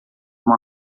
uma